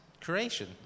creation